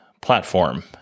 platform